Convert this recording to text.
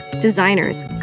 designers